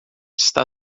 está